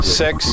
six